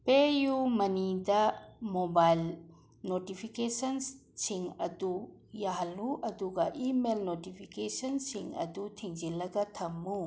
ꯄꯦ ꯌꯨ ꯃꯅꯤꯗ ꯃꯣꯕꯥꯏꯜ ꯅꯣꯇꯤꯐꯤꯀꯦꯁꯟꯁꯤꯡ ꯑꯗꯨ ꯌꯥꯍꯜꯂꯨ ꯑꯗꯨꯒ ꯏꯃꯦꯜ ꯅꯣꯇꯤꯐꯤꯀꯦꯁꯟꯁꯤꯡ ꯑꯗꯨ ꯊꯤꯡꯖꯤꯜꯂꯒ ꯊꯝꯃꯨ